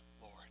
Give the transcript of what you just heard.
Lord